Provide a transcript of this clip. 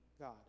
God